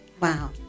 Wow